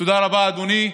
תודה רבה, אדוני.